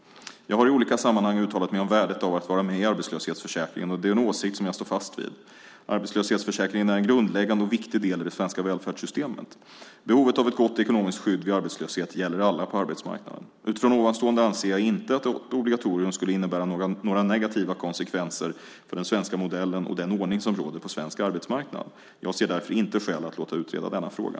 Jag har i olika sammanhang uttalat mig om värdet av att ha en arbetslöshetsförsäkring, och det är en åsikt som jag står fast vid. Arbetslöshetsförsäkringen är en grundläggande och viktig del i det svenska välfärdssystemet. Behovet av ett gott ekonomiskt skydd vid arbetslöshet gäller alla på arbetsmarknaden. Utifrån ovanstående anser jag inte att ett obligatorium skulle innebära några negativa konsekvenser för den svenska modellen och den ordning som råder på svensk arbetsmarknad. Jag ser därför inte skäl att låta utreda denna fråga.